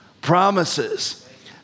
promises